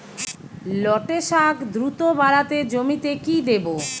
লটে শাখ দ্রুত বাড়াতে জমিতে কি দেবো?